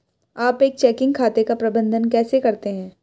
आप एक चेकिंग खाते का प्रबंधन कैसे करते हैं?